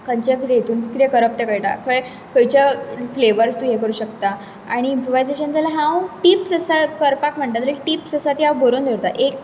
खंयच्या कितें हितून कितें करप तें कळटा खंयच्या फ्लेवर्स तूं ये करुंक शकता आनी इंप्रोवायजेशना जाल्यार हांव टिप्स आसा करपाक म्हणटा जाल्यार टिप्स आसा ती हांव बरोवन दवरता एक